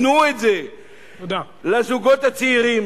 תנו את זה לזוגות הצעירים,